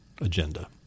agenda